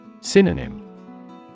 Synonym